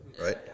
right